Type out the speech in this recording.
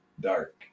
dark